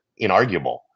inarguable